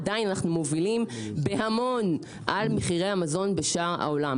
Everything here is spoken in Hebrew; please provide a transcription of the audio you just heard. עדיין אנחנו מובילים בהמון על מחירי המזון בשאר העולם.